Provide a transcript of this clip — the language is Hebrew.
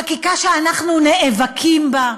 חקיקה שאנחנו נאבקים בה.